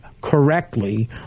correctly